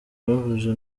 bavuze